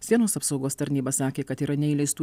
sienos apsaugos tarnyba sakė kad yra neįleistų